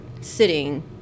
sitting